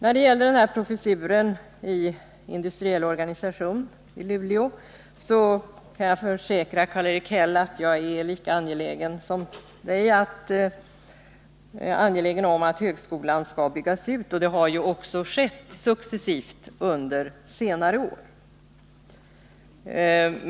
När det gäller professuren i industriell organisation i Luleå kan jag försäkra Karl-Erik Häll att jag är lika angelägen som han om att högskolan skall byggas ut — och det har ju också skett successivt under senare år.